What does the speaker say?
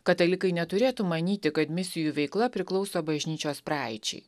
katalikai neturėtų manyti kad misijų veikla priklauso bažnyčios praeičiai